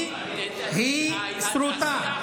היא סרוטה.